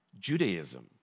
Judaism